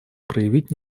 проявить